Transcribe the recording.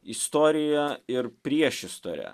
istorija ir priešistorė